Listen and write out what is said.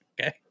okay